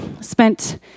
spent